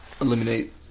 Eliminate